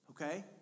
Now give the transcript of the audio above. Okay